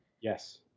Yes